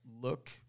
look